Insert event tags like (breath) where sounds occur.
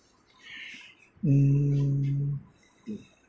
(breath) mm